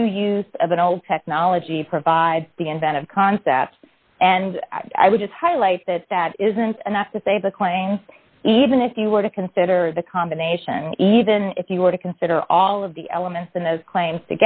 new use of an old technology provides the inventive concepts and i would just highlight that that isn't enough to say the claims even if you were to consider the combination even if you were to consider all of the elements and those claims